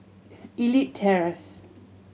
Elite Terrace